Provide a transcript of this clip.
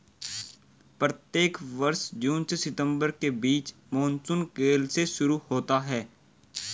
प्रत्येक वर्ष जून से सितंबर के बीच मानसून केरल से शुरू होता है